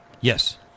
Yes